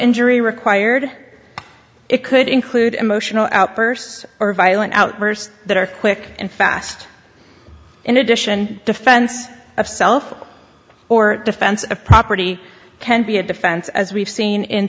injury required it could include emotional outbursts or violent outbursts that are quick and fast in addition defense of self or defense of property can be a defense as we've seen in